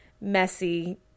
Messy